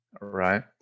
right